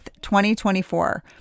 2024